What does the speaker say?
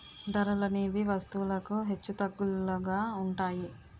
ధరలనేవి వస్తువులకు హెచ్చుతగ్గులుగా ఉంటాయి